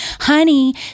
honey